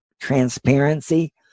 transparency